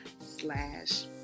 slash